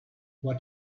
what